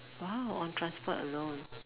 !wow! on transport alone